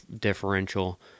differential